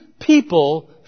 people